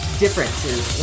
differences